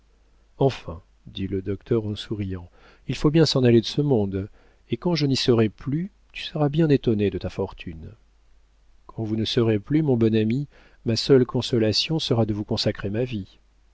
enfin dit le docteur en souriant il faut bien s'en aller de ce monde et quand je n'y serai plus tu seras bien étonnée de ta fortune quand vous ne serez plus mon bon ami ma seule consolation sera de vous consacrer ma vie